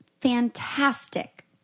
Fantastic